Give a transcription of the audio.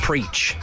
Preach